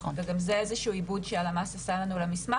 וגם זה איזה שהוא עיבוד שהלמ"ס עשה לנו למסמך.